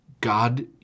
God